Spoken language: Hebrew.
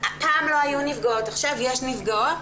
פעם לא היו נפגעות, עכשיו יש נפגעות,